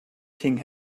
king